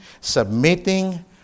submitting